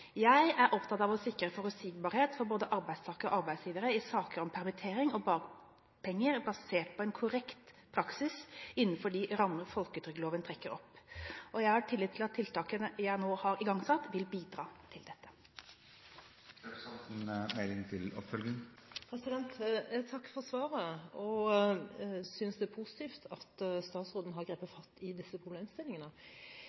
Jeg er opptatt av å sikre forutsigbarhet for både arbeidstakere og arbeidsgivere i saker om permittering og dagpenger basert på en korrekt praksis innenfor de rammer folketrygdloven trekker opp. Jeg har tillit til at tiltakene jeg nå har igangsatt, vil bidra til dette. Takk for svaret. Jeg synes det er positivt at statsråden har grepet